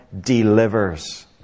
delivers